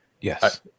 Yes